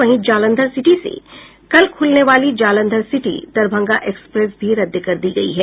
वहीं जालंधर सिटी से कल खूलने वाली जालंधर सिटी दरभंगा एक्सप्रेस भी रद्द कर दी गयी है